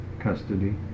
custody